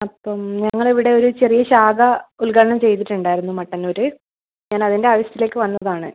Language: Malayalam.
അപ്പം ഞങ്ങളിവിടെ ഒരു ചെറിയ ശാഖ ഉദ്ഘാടനം ചെയ്തിട്ടുണ്ടാരുന്നു മട്ടന്നൂർ ഞാനതിൻ്റെ ആവശ്യത്തിലേക്ക് വന്നതാണ്